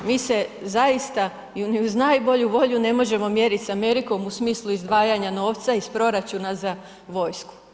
Mi se zaista ni uz najbolju volju ne možemo mjeriti s Amerikom u smislu izdvajanja novca iz proračuna za vojsku.